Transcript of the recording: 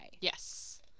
Yes